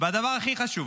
והדבר הכי חשוב,